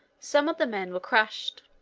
some of the men were crushed.